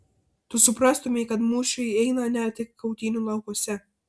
tu suprastumei kad mūšiai eina ne tik kautynių laukuose